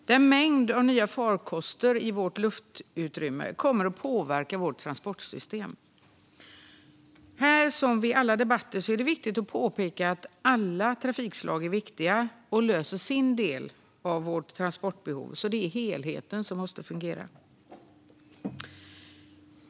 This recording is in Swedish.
Denna mängd av nya farkoster i vårt luftutrymme kommer att påverka vårt transportsystem. Här, som vid alla debatter, är det viktigt att påpeka att alla trafikslag är viktiga och löser sina delar av våra transportbehov. Det är helheten som måste fungera.